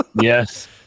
yes